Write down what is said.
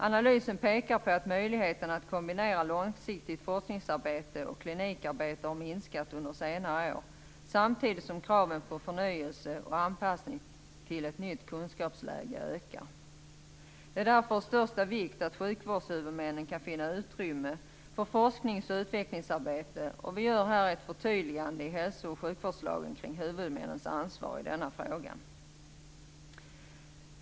Analysen pekar på att möjligheterna att kombinera långsiktigt forskningsarbete och klinikarbete har minskat under senare år, samtidigt som kraven på förnyelse och anpassning till ett nytt kunskapsläge ökar. Det är därför av största vikt att sjukvårdshuvudmännen kan finna utrymme för forsknings och utvecklingsarbete. Vi gör här ett förtydligande i hälsooch sjukvårdslagen kring huvudmännens ansvar i denna fråga.